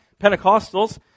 Pentecostals